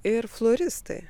ir floristai